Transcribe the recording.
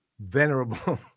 venerable